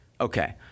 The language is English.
Okay